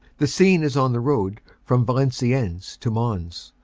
the scene is on the road from valenciennes to mons,